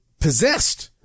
possessed